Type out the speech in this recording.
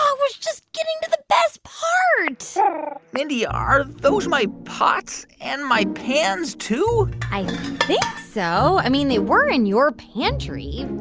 was just getting to the best part so mindy, are those my pots? and my pans, too? i think so. i mean, they were in your pantry